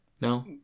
No